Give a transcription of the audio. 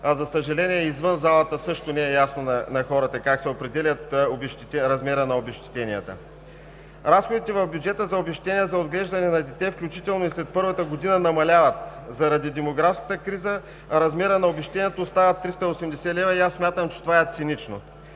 за съжаление, и извън залата също не е ясно на хората как се определя размерът на обезщетенията. Разходите в бюджета за обезщетение за отглеждане на дете, включително и след първата година, намаляват. Заради демографската криза размерът на обезщетението остава 380 лв., и аз смятам, че това е цинично.